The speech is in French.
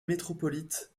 métropolite